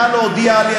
נא להודיע לי,